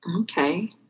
Okay